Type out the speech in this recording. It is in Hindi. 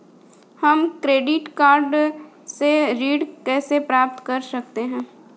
हम क्रेडिट कार्ड से ऋण कैसे प्राप्त कर सकते हैं?